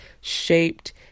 shaped